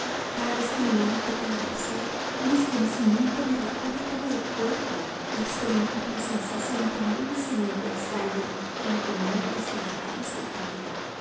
cada vez que mi mano toca la de usted un estremecimiento me recorre todo el cuerpo y experimento una sensación tan dulcemente extraña que me conmueve hasta la raíz del cabello